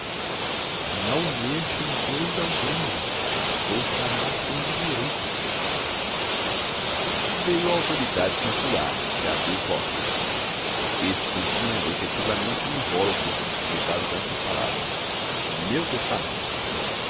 não mexa em cousa alguma vou chamar quem de direito veio a autoridade consular que abriu o cofre este continha efetivamente um invólucro subscritado com estas palavras meu testamento